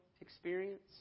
experience